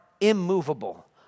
immovable